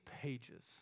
pages